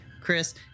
Chris